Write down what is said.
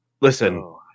Listen